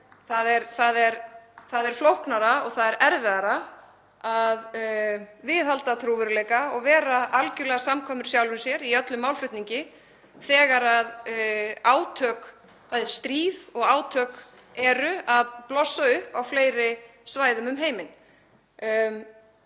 Það er flóknara og það er erfiðara að viðhalda trúverðugleika og vera algjörlega samkvæmur sjálfum sér í öllum málflutningi þegar bæði stríð og átök eru að blossa upp á fleiri svæðum um heiminn.